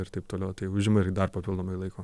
ir taip toliau tai užima ir dar papildomai laiko